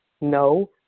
No